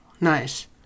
nice